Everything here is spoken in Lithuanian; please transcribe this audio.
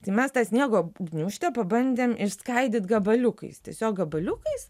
tai mes tą sniego gniūžtę pabandėm išskaidyt gabaliukais tiesiog gabaliukais